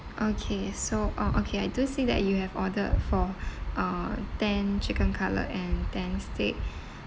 okay so uh okay I do see that you have ordered for uh ten chicken cutlet and ten steak